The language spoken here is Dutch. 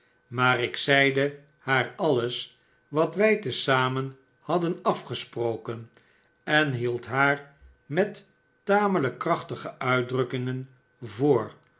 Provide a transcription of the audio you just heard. maar ik zeide haar alles wat wij te zamen hadden afgesproken en hield haar met tamelijk krachtige uitdrukkingen voor